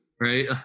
right